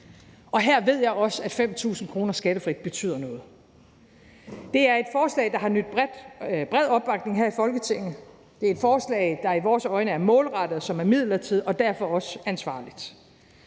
Her ved jeg også, at 5.000 kr. skattefrit betyder noget. Det er et forslag, der har nydt bred opbakning her i Folketinget. Det er et forslag, der i vores øjne er målrettet, og som er midlertidigt og derfor også ansvarligt.